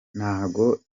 ngo